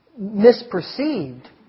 misperceived